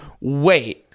wait